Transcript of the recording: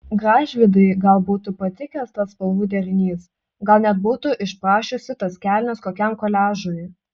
gražvydai gal būtų patikęs tas spalvų derinys gal net būtų išprašiusi tas kelnes kokiam koliažui